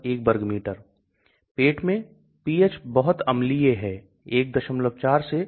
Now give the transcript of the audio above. उत्पाद का विकास एक बड़ा मुद्दा बन जाता है इसलिए यह बहुत महंगा हो जाता है मैं दवा को अधिक घुलनशील कैसे बनाऊं